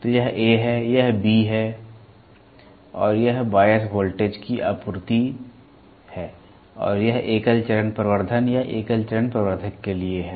तो यह A है यह बB है और फिर यह बायस वोल्टेज की आपूर्ति है और यह एकल चरण प्रवर्धन या एकल चरण प्रवर्धक के लिए है